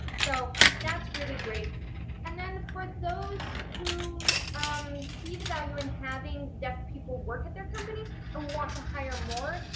so that's really great and then for those who um see the value in having deaf people work at their company and want to hire more,